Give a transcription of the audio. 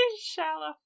shallow